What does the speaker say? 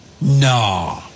no